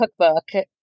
cookbook